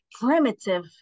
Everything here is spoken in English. primitive